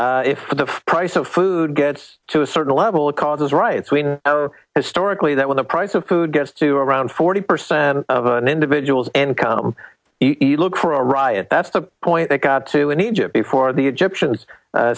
s if the price of food gets to a certain level it causes riots when historically that when the price of food gets to around forty percent of an individuals and come eat look for a riot that's the point that got to in egypt before the egyptians